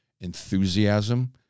enthusiasm